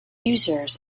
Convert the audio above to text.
users